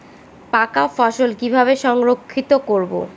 পাকা ফসল কিভাবে সংরক্ষিত করব?